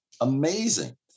Amazing